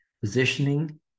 Positioning